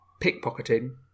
Pickpocketing